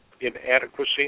inadequacy